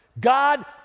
God